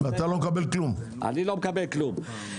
אני לא מקבל דבר.